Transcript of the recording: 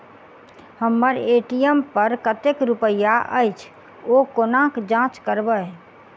हम्मर ए.टी.एम पर कतेक रुपया अछि, ओ कोना जाँच करबै?